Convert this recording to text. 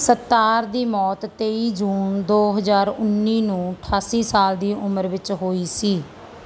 ਸੱਤਾਰ ਦੀ ਮੌਤ ਤੇਈ ਜੂਨ ਦੋ ਹਜ਼ਾਰ ਉੱਨੀ ਨੂੰ ਅਠਾਸੀ ਸਾਲ ਦੀ ਉਮਰ ਵਿੱਚ ਹੋਈ ਸੀ